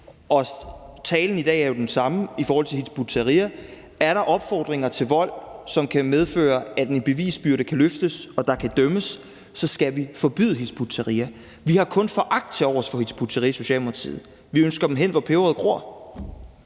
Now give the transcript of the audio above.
Og talen i dag er jo den samme i forhold til Hizb ut-Tahrir: Er der opfordringer til vold, som kan medføre, at en bevisbyrde kan løftes og der kan dømmes, så skal vi forbyde Hizb ut-Tahrir. Vi har kun foragt tilovers for Hizb ut-Tahrir i Socialdemokratiet. Vi ønsker dem hen, hvor peberet gror.